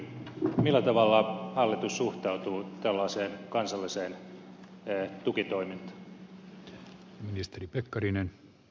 millä tavalla hallitus suhtautuu tällaiseen kansalliseen tukitoimintaan